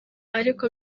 ariko